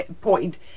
point